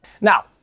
Now